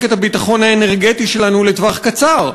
לחזק את הביטחון האנרגטי שלנו לטווח קצר,